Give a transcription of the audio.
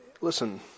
listen